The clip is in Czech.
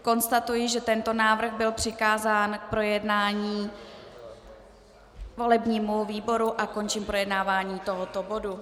Konstatuji, že tento návrh byl přikázán k projednání volebnímu výboru, a končím projednávání tohoto bodu.